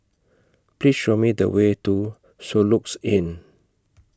Please Show Me The Way to Soluxe Inn